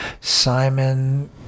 Simon